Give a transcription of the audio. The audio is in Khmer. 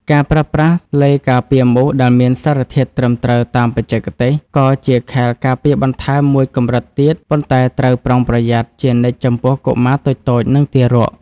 ការប្រើប្រាស់ឡេការពារមូសដែលមានសារធាតុត្រឹមត្រូវតាមបច្ចេកទេស ក៏ជាខែលការពារបន្ថែមមួយកម្រិតទៀត ប៉ុន្តែត្រូវប្រុងប្រយ័ត្នជានិច្ចចំពោះកុមារតូចៗ និងទារក។